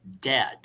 dead